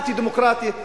אנטי-דמוקרטית,